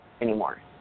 anymore